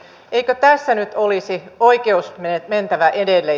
eikö tässä nyt olisi oikeuden mentävä edelle